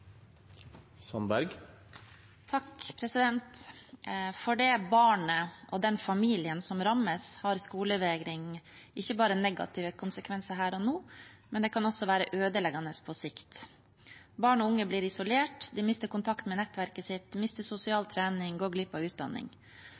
For det barnet og den familien som rammes, har skolevegring ikke bare negative konsekvenser her og nå, men det kan også være ødeleggende på sikt. Barn og unge blir isolert, de mister kontakten med nettverket sitt, de minster sosial